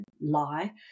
lie